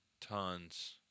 Tons